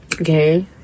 Okay